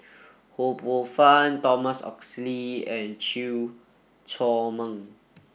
Ho Poh Fun Thomas Oxley and Chew Chor Meng